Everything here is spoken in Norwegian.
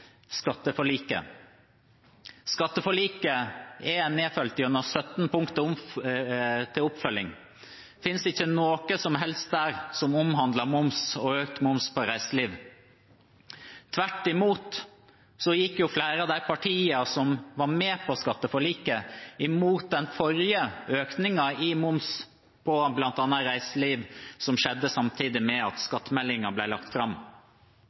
skatteforliket. Skatteforliket er nedfelt gjennom 17 punkt til oppfølging. Det finnes ikke noe som helst der som omhandler moms og økt moms på reiseliv. Tvert imot gikk flere av de partiene som var med på skatteforliket, imot den forrige økningen av moms på bl.a. reiseliv, som skjedde samtidig med at skattemeldingen ble lagt fram.